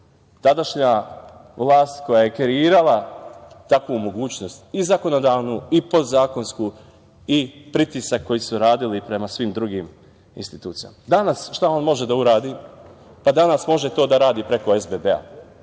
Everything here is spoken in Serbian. tadašnja vlast koja je kreirala takvu mogućnost i zakonodavnu i podzakonsku i pritisak koji su radili prema svim drugim institucijama. Danas šta on može da uradi? Danas može to da radi preko SBB,